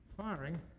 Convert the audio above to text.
Firing